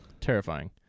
terrifying